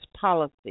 policy